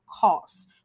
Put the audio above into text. costs